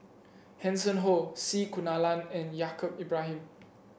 Hanson Ho C Kunalan and Yaacob Ibrahim